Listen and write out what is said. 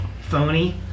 phony